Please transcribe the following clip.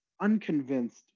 unconvinced